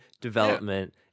development